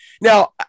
now